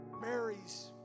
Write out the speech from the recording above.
Mary's